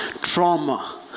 Trauma